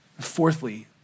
fourthly